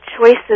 choices